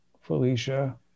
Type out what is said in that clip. Felicia